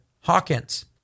Hawkins